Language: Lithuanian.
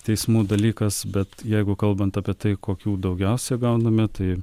teismų dalykas bet jeigu kalbant apie tai kokių daugiausiai gauname tai